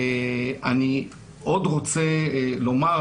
אני עוד רוצה לומר